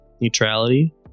neutrality